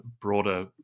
broader